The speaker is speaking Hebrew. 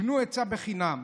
קנו עצה בחינם: